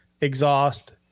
exhaust